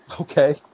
Okay